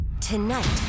Tonight